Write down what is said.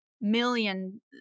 million